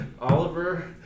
Oliver